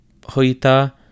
Hoita